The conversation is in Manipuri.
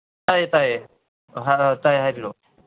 ꯇꯥꯏꯌꯦ ꯇꯥꯏꯌꯦ ꯑ ꯇꯥꯏ ꯍꯥꯏꯕꯤꯔꯛꯑꯣ